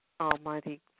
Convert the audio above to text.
almighty